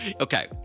Okay